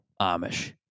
Amish